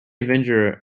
avenger